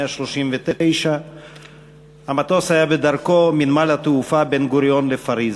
טיסה 139. המטוס היה בדרכו מנמל התעופה בן-גוריון לפריז.